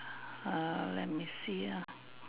ah let me see ah